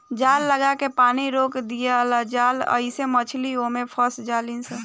जाल लागा के पानी रोक दियाला जाला आइसे मछली ओमे फस जाली सन